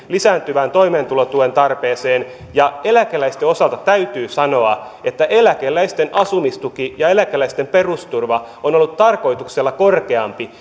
lisääntyvään toimeentulotuen tarpeeseen ja eläkeläisten osalta täytyy sanoa että eläkeläisten asumistuki ja eläkeläisten perusturva on ollut tarkoituksella korkeampi